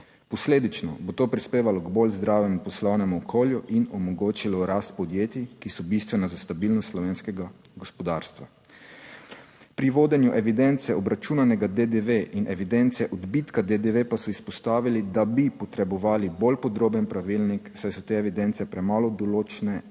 Posledično bo to prispevalo k bolj zdravemu poslovnemu okolju in omogočilo rast podjetij, ki so bistvena za stabilnost slovenskega gospodarstva. Pri vodenju evidence obračunanega DDV in evidence odbitka DDV pa so izpostavili, da bi potrebovali bolj podroben pravilnik, saj so te evidence premalo določne in ne